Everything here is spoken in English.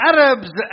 Arabs